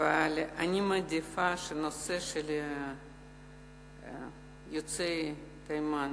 אבל אני מעדיפה שבנושא של יוצאי תימן